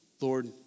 Lord